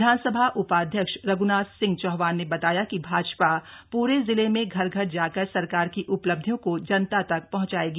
विधानसभा उपाध्यक्ष रघ्नाथ सिंह चौहान बताया कि भाजपा पूरे जिले में घर घर जाकर सरकार की उपलब्धियों को जनता तक पहंचायेगी